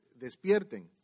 despierten